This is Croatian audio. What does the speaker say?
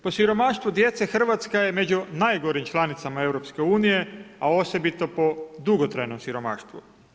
Po siromaštvu djece Hrvatska je među najgorim članicama EU-a a osobito po dugotrajnom siromaštvu.